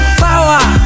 power